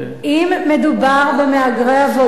אם מדובר במהגרי עבודה,